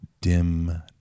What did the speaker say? dim